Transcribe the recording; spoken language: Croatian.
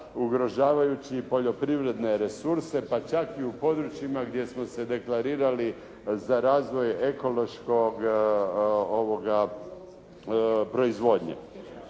ugrožavajući poljoprivredne resurse pa čak i u područjima gdje smo se deklarirali za razvoj ekološkog proizvodnje.